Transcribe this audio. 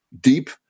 deep